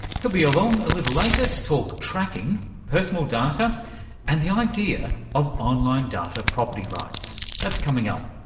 he'll be along a little later to talk tracking, personal data and the idea of online data property rights. that's coming up.